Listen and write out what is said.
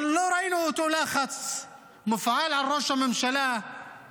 אבל לא ראינו את אותו לחץ מופעל על ראש הממשלה כאשר